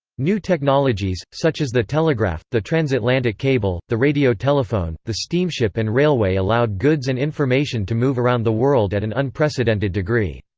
new technologies, such as the telegraph, the transatlantic cable, the radiotelephone, the steamship and railway allowed goods and information to move around the world at an unprecedented degree.